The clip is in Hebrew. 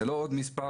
זה לא עוד מספר,